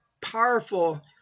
powerful